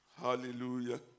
Hallelujah